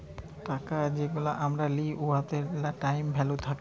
টাকা যেগলা আমরা লিই উয়াতে টাইম ভ্যালু থ্যাকে